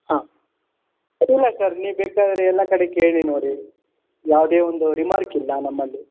ಹಾಂ ಅಡ್ಡಿಲ್ಲ ಸರ್ ನೀವು ಬೇಕಾದರೆ ಎಲ್ಲ ಕಡೆ ಕೇಳಿ ನೋಡಿ ಯಾವುದೇ ಒಂದು ರಿಮಾರ್ಕ್ ಇಲ್ಲ ನಮ್ಮಲ್ಲಿ